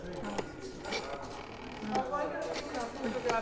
ꯍꯣꯏ ꯑꯥ